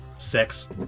Six